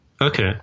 Okay